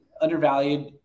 undervalued